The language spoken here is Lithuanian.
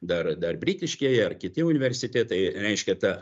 dar dar britiškieji ar kiti universitetai reiškia ta